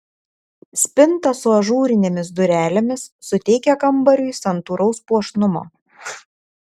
spinta su ažūrinėmis durelėmis suteikia kambariui santūraus puošnumo